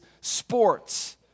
sports